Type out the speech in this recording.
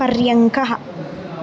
पर्यङ्कः